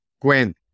Gwen